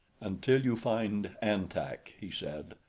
until you find an-tak, he said,